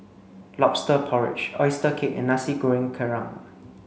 lobster porridge oyster cake and Nasi Goreng Kerang